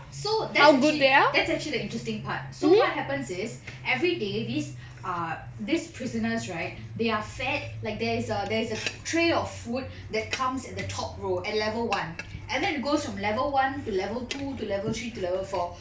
so that's that's actually interesting part so what happens is every day these err these prisoners right they are fed like there's a there's a tray of food that comes in the top row at level one and then it goes from level one to level two level three to level four